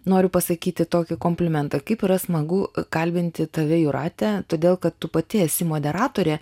noriu pasakyti tokį komplimentą kaip yra smagu kalbinti tave jūrate todėl kad tu pati esi moderatorė